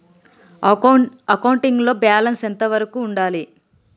Accounting లో balance ఎంత వరకు ఉండాలి?